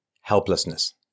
helplessness